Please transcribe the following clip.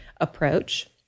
approach